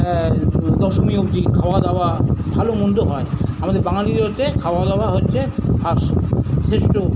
হ্যাঁ দশমী অবদি খাওয়া দাওয়া ভালো মন্দ হয় আমাদের বাঙালিদের ওতে খাওয়া দাওয়া হচ্ছে ফাস্ট শ্রেষ্ঠ